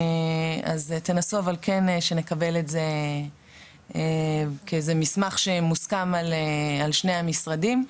תנסו אבל כן שנקבל את זה כאיזה מסמך שמוסכם על שני המשרדים,